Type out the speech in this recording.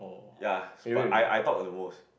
ya but I I talk at the most